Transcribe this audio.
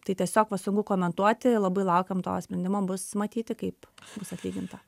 tai tiesiog va sunku komentuoti labai laukiam to sprendimo bus matyti kaip bus atlyginta